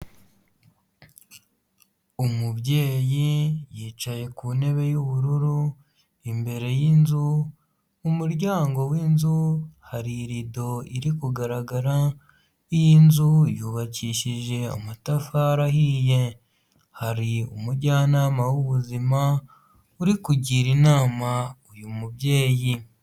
Umubyeyi yicaye ku ntebe y'ubururu, imbere y'inzu mu muryango w'inzu hari irido iri kugaragara, iyi nzu yubakishije amatafari ahiye, hari umujyanama w'ubuzima uri kugira inama uyu mubyeyi.